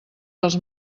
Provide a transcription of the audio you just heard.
dels